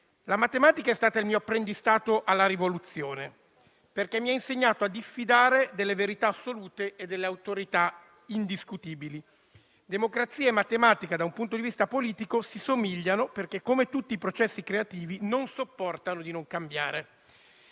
«La matematica è stata il mio apprendistato alla rivoluzione, perché mi ha insegnato a diffidare delle verità assolute e delle autorità indiscutibili. Democrazia e matematica, da un punto di vista politico, si somigliano: come tutti i processi creativi non sopportano di non cambiare».